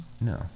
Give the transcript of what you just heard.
No